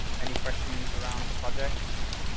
any questions around the projects?